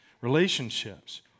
relationships